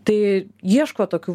tai ieško tokių